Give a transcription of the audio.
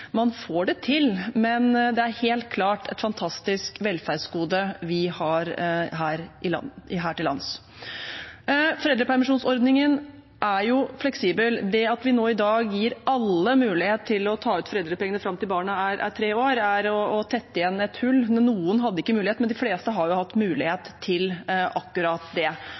man får det til, men det er helt klart et fantastisk velferdsgode vi har her til lands. Foreldrepermisjonsordningen er fleksibel. Det at vi nå i dag gir alle mulighet til å ta ut foreldrepengene fram til barnet er tre år, er å tette igjen et hull. Noen hadde ikke mulighet, men de fleste har jo hatt mulighet til akkurat det.